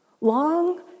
long